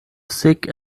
sick